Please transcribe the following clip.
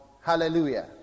Hallelujah